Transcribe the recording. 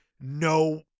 no